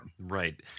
Right